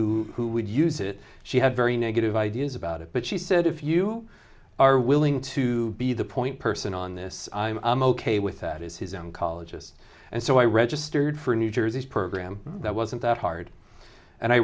knew who would use it she had very negative ideas about it but she said if you are willing to be the point person on this i'm ok with that is his own colleges and so i registered for new jersey's program that wasn't that hard